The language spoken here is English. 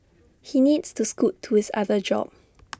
he needs to scoot to his other job